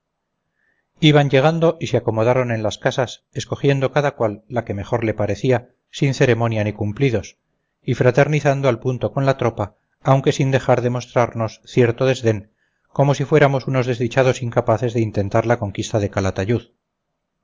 iban llegando y se acomodaban en las casas escogiendo cada cual la que mejor le parecía sin ceremonia ni cumplidos y fraternizando al punto con la tropa aunque sin dejar de mostrarnos cierto desdén como si fuéramos unos desdichados incapaces de intentar la conquista de calatayud